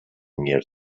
near